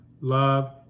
love